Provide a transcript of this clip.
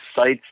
sites